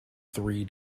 three